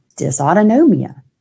dysautonomia